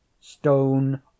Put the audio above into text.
Stone